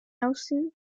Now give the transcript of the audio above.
austin